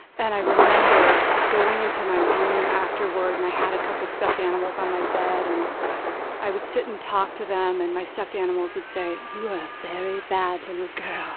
and i remember going into my room afterward, and i had a couple stuffed animals on my bed. and i would sit and talk to them, and my stuffed animals would say, you are a very bad little girl.